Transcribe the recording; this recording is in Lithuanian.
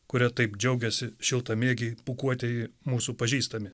kuria taip džiaugiasi šiltamiegiai pūkuotieji mūsų pažįstami